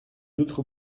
autres